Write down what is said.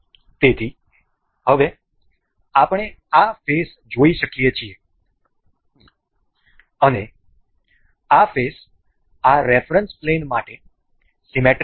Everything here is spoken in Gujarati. તેથી હવે આપણે આ ફેસ જોઈ શકીએ છીએ અને આ ફેસ આ રેફરન્સ પ્લેન માટે સીમેટ્રિક છે